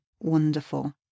wonderful